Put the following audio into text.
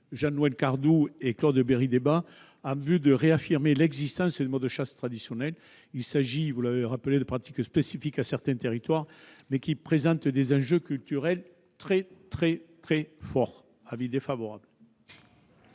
Jean-Noël Cardoux et Claude Bérit-Débat, en vue de réaffirmer l'existence des modes de chasse traditionnels. Il s'agit de pratiques spécifiques à certains territoires qui présentent des enjeux culturels très, très, très forts pour ceux-ci.